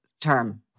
term